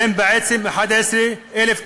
שהם בעצם 11,000 קמ"ר,